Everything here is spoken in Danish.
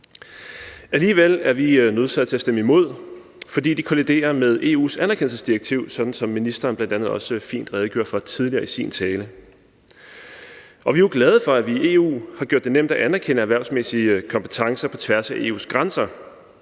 Alligevel er vi nødsaget til at stemme imod, fordi de kolliderer med EU's anerkendelsesdirektiv, sådan som ministeren bl.a. også fint redegjorde for tidligere i sin tale. Vi er jo glade for, at vi i EU har gjort det nemt at anerkende erhvervsmæssige kompetencer på tværs af EU's grænser,